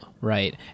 Right